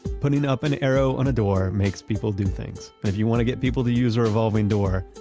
putting up an arrow on a door makes people do things. if you wanna get people to use a revolving door,